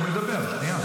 תני לי לדבר, שנייה.